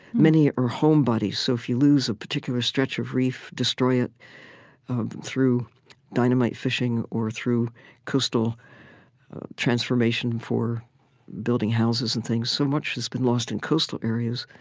many are homebodies, so if you lose a particular stretch of reef, destroy it through dynamite fishing or through coastal transformation for building houses and things so much has been lost in coastal areas